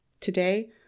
Today